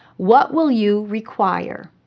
what will you require?